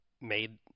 made